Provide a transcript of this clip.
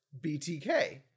BTK